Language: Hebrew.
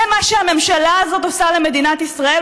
זה מה שהממשלה הזאת עושה למדינת ישראל,